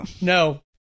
No